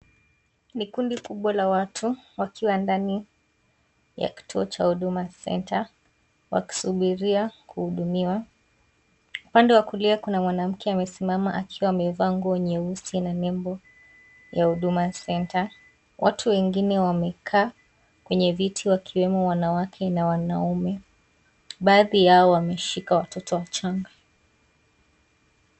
Ni kundi kubwa la watu wakiwa ndani ya kituo cha huduma senta wakisubiria kuhudumiwa, upande wa kulia kuna mwanamke amesimama akiwa amevaa nguo nyeusi na nembo ya huduma senta, watu wengine wamekaa kwenye viti wakiwemo wanawake na wanaume, baadhi yao wameshika watoto wachanga.